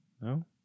No